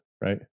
Right